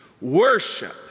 worship